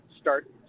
start